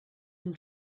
and